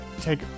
Take